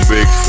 Big